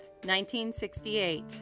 1968